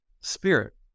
spirit